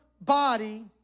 body